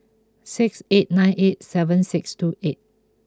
six eight nine eight seven six two eight